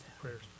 Prayers